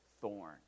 thorn